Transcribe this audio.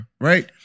right